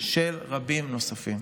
של רבים נוספים.